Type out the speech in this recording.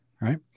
Right